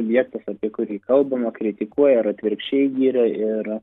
objektas į kurį kalbama kritikuoja ar atvirkščiai giria ir